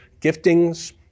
giftings